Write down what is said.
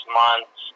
months